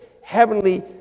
Heavenly